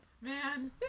Man